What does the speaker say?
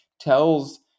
tells